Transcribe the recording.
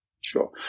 Sure